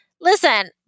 Listen